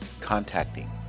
contacting